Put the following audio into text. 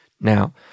Now